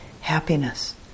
happiness